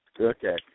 Okay